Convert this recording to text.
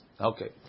Okay